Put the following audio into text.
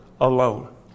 alone